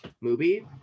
movie